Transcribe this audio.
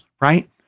right